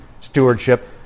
stewardship